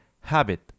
habit